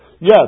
Yes